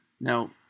Now